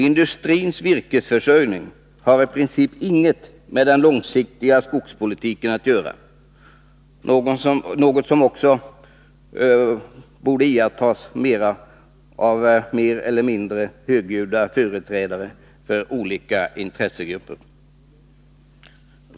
Industrins virkesförsörjning har i princip inget med den långsiktiga skogspolitiken att göra, något som också borde iakttas av mer eller mindre högljudda företrädare för olika intressegrupper.